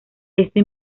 esto